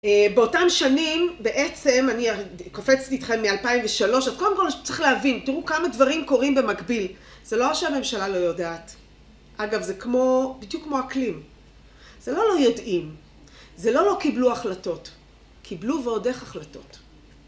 אה, באותן שנים בעצם, אני קופצתי איתכם מ-2003, אז קודם כל צריך להבין, תראו כמה דברים קורים במקביל, זה לא שהממשלה לא יודעת, אגב זה כמו, בדיוק כמו אקלים, זה לא לא יודעים, זה לא לא קיבלו החלטות, קיבלו ועוד איך החלטות.